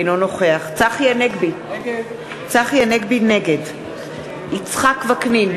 אינו נוכח צחי הנגבי, נגד יצחק וקנין,